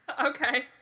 Okay